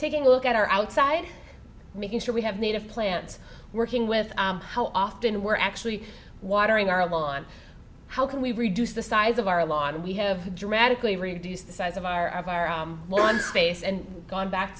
taking a look at our outside making sure we have native plants working with how often we're actually watering our lawn how can we reduce the size of our lawn and we have dramatically reduced the size of our lawn space and gone back